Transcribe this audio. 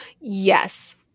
Yes